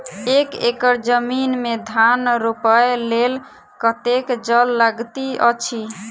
एक एकड़ जमीन मे धान रोपय लेल कतेक जल लागति अछि?